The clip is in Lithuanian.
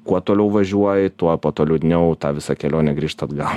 kuo toliau važiuoji tuo po to liūdniau tą visą kelionę grįžt atgal